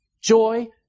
joy